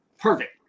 Perfect